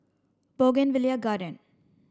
Bougainvillea Garden